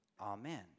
amen